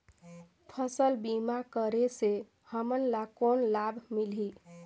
फसल बीमा करे से हमन ला कौन लाभ मिलही?